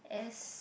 S